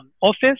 office